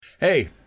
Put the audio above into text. Hey